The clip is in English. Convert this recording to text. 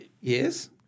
Yes